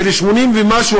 של 80% ומשהו,